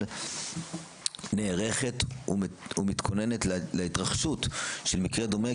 נערכת ומתכוננת להתרחשות של מקרה דומה